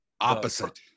Opposite